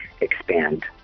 expand